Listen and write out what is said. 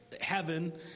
heaven